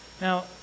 Now